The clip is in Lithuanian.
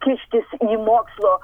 kištis į mokslo